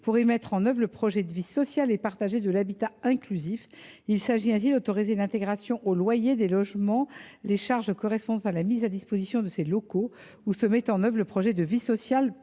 d’y mettre en œuvre le projet de vie sociale et partagée de l’habitat inclusif. Il s’agit ainsi d’autoriser l’intégration dans le loyer des locataires des logements les charges correspondant à la mise à disposition de ces locaux, où se met en œuvre le projet de vie sociale